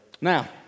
Now